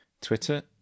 twitter